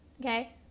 okay